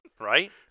Right